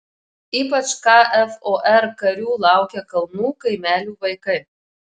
ypač kfor karių laukia kalnų kaimelių vaikai